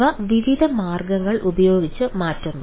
ഇവ വിവിധ മാർഗ്ഗങ്ങൾ ഉപയോഗിച്ച് മാറ്റുന്നു